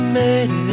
made